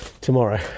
tomorrow